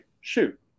shoot